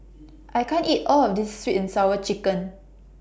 I can't eat All of This Sweet and Sour Chicken